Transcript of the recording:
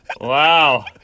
Wow